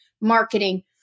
marketing